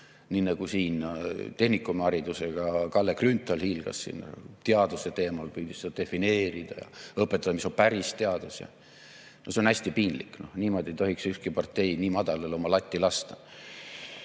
Nii nagu siin tehnikumiharidusega Kalle Grünthal hiilgas teaduse teemal, püüdis seda defineerida ja õpetada, mis on päris teadus. See on hästi piinlik. Niimoodi ei tohiks ükski partei nii madalale oma latti lasta.